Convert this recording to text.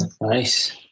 Nice